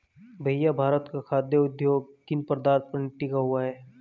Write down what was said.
भैया भारत का खाघ उद्योग किन पदार्थ पर टिका हुआ है?